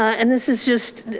and this is just,